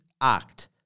act